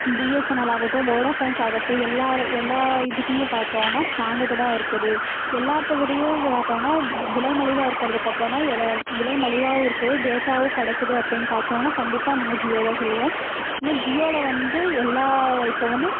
BSNL ஆகட்டும் Vodafones ஆகட்டும் எல்லாரும் எல்லாம் இதுக்குமே பார்த்தோன்னா ஸ்டான்டபிலாக இருக்குது எல்லாத்தை விடேயும் பார்த்தோம்னா விலை மலிவாக இருக்கிறத பார்த்தோம்னா விலை மலிவாகவும் இருக்குது டேட்டாவும் கிடைக்கிது அப்படின்னு பார்த்தோன்னா கண்டிப்பாக நாங்கள் ஜியோ தான் சொல்லுவோம் ஏன்னால் ஜியோவில் வந்து எல்லா இப்போது வந்து